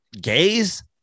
gays